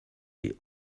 les